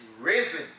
risen